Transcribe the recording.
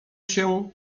się